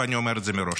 ואני אומר את זה מראש.